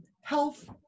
health